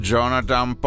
Jonathan